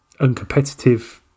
uncompetitive